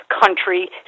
country